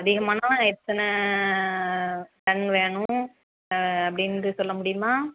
அதிகமானால் எத்தனை டன் வேணும் அப்படின்ட்டு சொல்ல முடியுமா